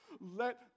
Let